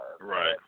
right